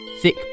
Thick